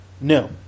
No